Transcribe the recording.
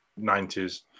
90s